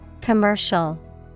Commercial